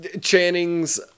Channing's